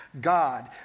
God